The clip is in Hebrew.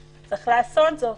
צריך לעשות זאת.